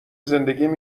زندگیم